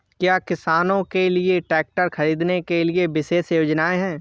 क्या किसानों के लिए ट्रैक्टर खरीदने के लिए विशेष योजनाएं हैं?